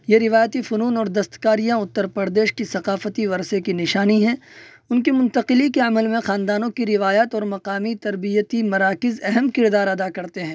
یہ روایتی فنون اور دست کاریاں اتر پردیش کی ثقافتی ورثے کی نشانی ہیں ان کے منتقلی کے عمل میں خاندانوں کی روایات اور مقامی تربیتی مراکز اہم کردار ادا کرتے ہیں